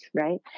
right